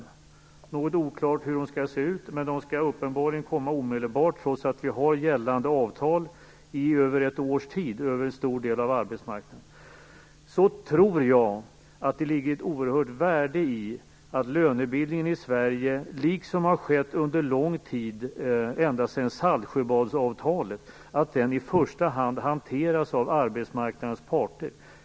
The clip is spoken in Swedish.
Det är något oklart hur de skall se ut, men de skall uppenbarligen komma omedelbart, trots att det finns gällande avtal i över ett års tid för en stor del av arbetsmarknaden. Till skillnad från dem tror jag att det ligger ett oerhört värde i att lönebildningen i Sverige, såsom har skett under så lång tid, ja, ända sedan Saltsjöbadsavtalet, i första hand hanteras av arbetsmarknadens parter.